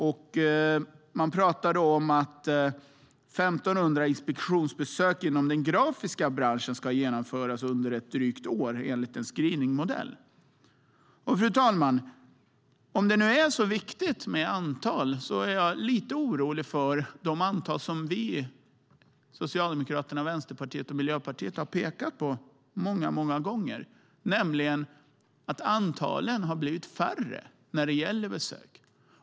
Det sägs att 1 500 inspektionsbesök inom den grafiska branschen ska genomföras under drygt ett år enligt en screeningmodell. Fru talman! Om det nu är så viktigt med antalet är jag lite orolig för det som vi i Miljöpartiet, Socialdemokraterna och Vänsterpartiet har pekat på många gånger, nämligen att antalet besök har blivit mindre.